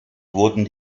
wurden